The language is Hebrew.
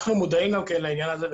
אנחנו מודעים לעניין הזה.